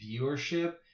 viewership